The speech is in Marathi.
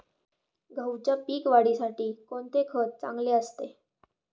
गहूच्या पीक वाढीसाठी कोणते खत चांगले असते?